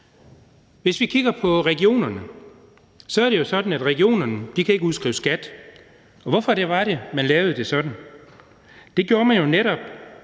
Hvis vi kigger på regionerne, er det jo sådan, at regionerne ikke kan udskrive skat, og hvorfor var det, at man lavede det sådan? Det gjorde man jo, netop